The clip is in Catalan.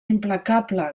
implacable